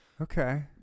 Okay